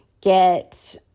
get